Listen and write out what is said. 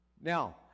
Now